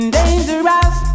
Dangerous